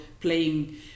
playing